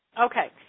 Okay